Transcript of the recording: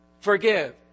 forgive